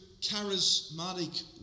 charismatic